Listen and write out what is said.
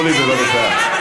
שמולי, בבקשה.